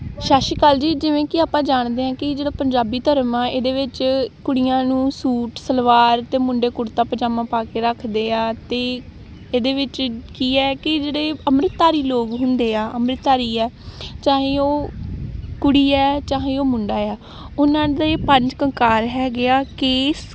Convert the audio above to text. ਸਤਿ ਸ਼੍ਰੀ ਅਕਾਲ ਜੀ ਜਿਵੇਂ ਕਿ ਆਪਾਂ ਜਾਣਦੇ ਹਾਂ ਕਿ ਜਿਹੜਾ ਪੰਜਾਬੀ ਧਰਮ ਆ ਇਹਦੇ ਵਿੱਚ ਕੁੜੀਆਂ ਨੂੰ ਸੂਟ ਸਲਵਾਰ ਅਤੇ ਮੁੰਡੇ ਕੁੜਤਾ ਪਜਾਮਾ ਪਾ ਕੇ ਰੱਖਦੇ ਆ ਅਤੇ ਇਹਦੇ ਵਿੱਚ ਕੀ ਹੈ ਕਿ ਜਿਹੜੇ ਅੰਮ੍ਰਿਤਧਾਰੀ ਲੋਕ ਹੁੰਦੇ ਆ ਅੰਮ੍ਰਿਤਧਾਰੀ ਆ ਚਾਹੇ ਉਹ ਕੁੜੀ ਹੈ ਚਾਹੇ ਉਹ ਮੁੰਡਾ ਆ ਉਹਨਾਂ ਦੇ ਪੰਜ ਕਕਾਰ ਹੈਗੇ ਆ ਕੇਸ